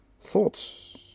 Thoughts